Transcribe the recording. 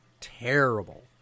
terrible